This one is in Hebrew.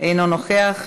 אינו נוכח.